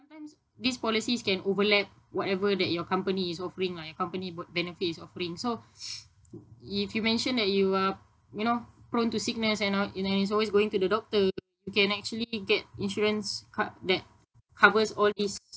sometimes these policies can overlap whatever that your company is offering lah your company b~ benefit is offering so if you mentioned that you are you know prone to sickness and all and is always going to the doctor you can actually get insurance card that covers all these